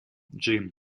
джим